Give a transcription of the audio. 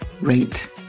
rate